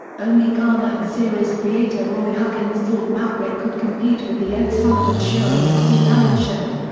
only garner and series creator roy huggins thought maverick could compete with the ed sullivan show and the steve allen show.